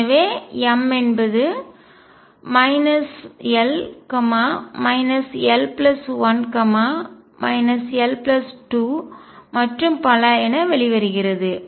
எனவே m என்பது l l 1 l 2 மற்றும் பல என வெளிவருகிறது